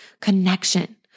connection